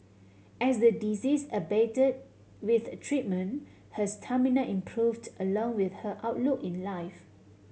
as the disease abate with treatment her stamina improved along with her outlook in life